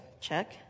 check